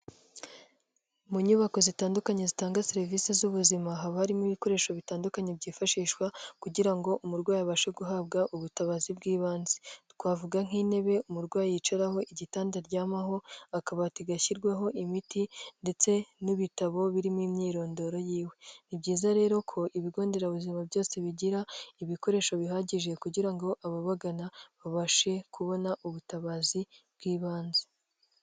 Mu nyubako zitandukanye zitanga serivisi z'ubuzima, haba harimo ibikoresho bitandukanye byifashishwa kugira ngo umurwayi abashe guhabwa ubutabazi bw'ibanze, twavuga nk'intebe umurwayi yicaraho, igitanda aryamaho, akabati gashyirwaho imiti ndetse n'ibitabo birimo imyirondoro yiwe, ni byiza rero ko ibigo nderabuzima byose bigira ibikoresho bihagije kugira ngo ababagana babashe kubona ubutabazi bw'ibanze.